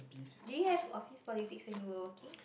do you have office politics when you were working